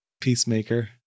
Peacemaker